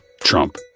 Trump